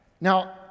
now